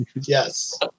Yes